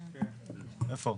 איפה?